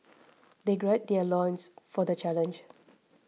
they gird their loins for the challenge